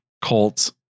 Colts